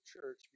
church